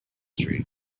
history